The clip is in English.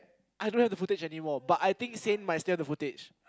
I don't have the footage anymore but I think Sein might still have the footage